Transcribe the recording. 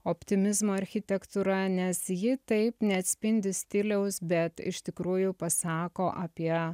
optimizmo architektūra nes ji taip neatspindi stiliaus bet iš tikrųjų pasako apie